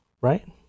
right